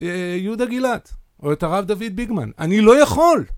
אה... יהודה גילת, או את הרב דוד ביגמן, אני לא יכול!